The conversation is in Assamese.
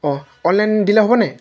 অঁ অনলাইন দিলে হ'ব নাই